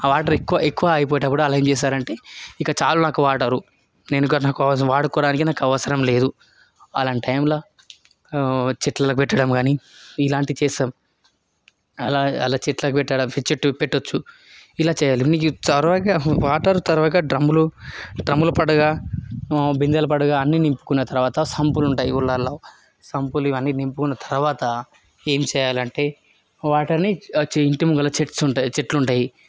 ఆ వాటర్ ఎక్కువ ఎక్కువ అయిపోయేటప్పుడు వాళ్ళు ఏం చేస్తారంటే ఇంకా చాలు నాకు వాటర్ నేను ఇంకా వాడుకోవడానికి నాకు అవసరం లేదు అలాంటి టైంలో చెట్లకు పెట్టడం కానీ ఇలాంటివి చేస్తాం అలా చెట్లకు పెట్టడం చెట్టుకి పెట్టొచ్చు ఇలా చేయాలి నీకు త్వరగా వాటర్ త్వరగా డ్రమ్ములో డ్రమ్ములో పడగా బిందెలో పడగా అన్నీ నింపుకున్న తర్వాత సంపులు ఉంటాయి ఊర్లల్లో సంపులు ఇవన్నీ నింపుకున్న తర్వాత ఏమి చేయాలంటే వాటర్ని ఇంటి ముందర చెట్లు ఉంటాయి చెట్లు ఉంటాయి